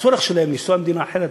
הצורך שלהם לנסוע למדינה אחרת,